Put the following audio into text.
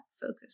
focus